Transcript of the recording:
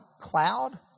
Cloud